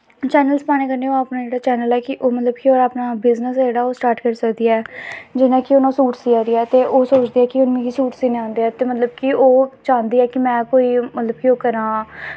channel च पाने कन्नै ओह् अपना जेह्ड़ा ऐ मतलब कि ओह् अपना बिज़नस ऐ जेह्ड़ा ओह् स्टार्ट करी सकदी ऐ जियां कि हून सूट सियै ऐ ते ओह् सोचदी कि हून मिगी सूट सीना आंदें ऐ ते मतलब कि ओह् चांह्दी ऐ में कि मतलब कि में ओह् करां